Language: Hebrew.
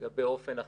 לגבי אופן החישוב,